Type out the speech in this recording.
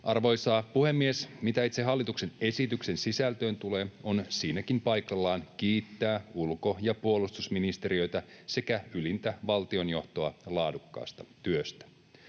Arvoisa puhemies! Mitä itse hallituksen esityksen sisältöön tulee, on siinäkin paikallaan kiittää ulko- ja puolustusministeriötä sekä ylintä valtiojohtoa laadukkaasta työstä.